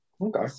Okay